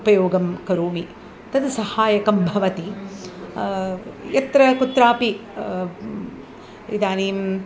उपयोगं करोमि तद् सहायकं भवति यत्रकुत्रापि इदानीम्